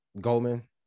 Goldman